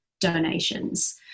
donations